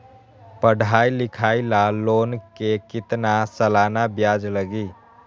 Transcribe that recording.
पढाई लिखाई ला लोन के कितना सालाना ब्याज लगी?